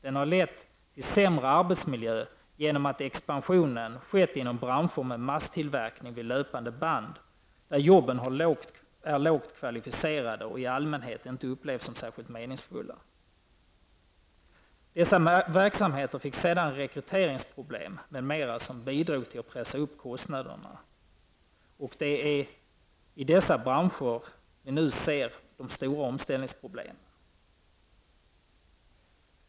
Den har lett till sämre arbetsmiljö genom att expansionen har skett inom branscher med masstillverkning vid löpande band, där jobben är lågt kvalificerade och i allmänhet inte upplevs som särskilt meningsfulla. Dessa verksamheter fick sedan rekryteringsproblem m.m. vilket bidrog till att driva upp kostnaderna. Det är i dessa branscher vi nu ser de stora omställningsproblemen.